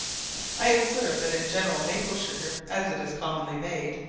i observed that in general maple-sugar, as it is commonly made,